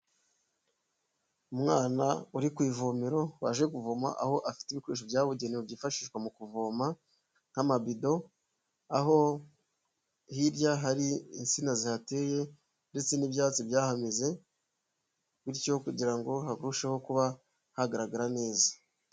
Umwana uri ku ivomero waje kuvoma, aho afite ibikoresho byabugenewe byifashishwa mu kuvoma nk'amabido, aho hirya hari insina zihateye ndetse n'ibyatsi byahameze, bityo kugira ngo harusheho kuba hagaragara neza.